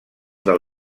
del